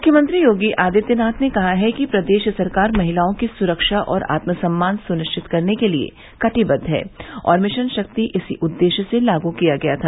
मुख्यमंत्री योगी आदित्यनाथ ने कहा है कि प्रदेश सरकार महिलाओं की सुरक्षा और आत्म सम्मान सुनिश्चित करने के लिये कटिबद्द है और मिशन शक्ति इसी उद्देश्य से लागू किया गया था